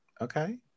Okay